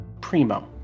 primo